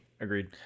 Agreed